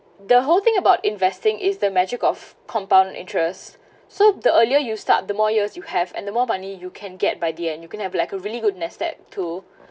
the whole thing about investing is the magic of compound interest so the earlier you start the more years you have and the more money you can get by the end you going to have like a really good that to